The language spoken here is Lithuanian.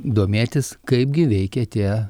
domėtis kaipgi veikia tie